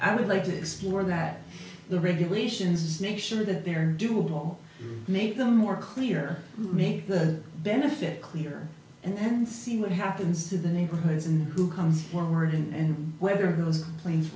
i would like to explore that the regulations snick sure that they're doable make them more clear make the benefit clear and then see what happens to the neighborhoods and who comes forward and whether